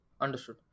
Understood